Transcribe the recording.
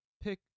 pick